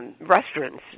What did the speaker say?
restaurants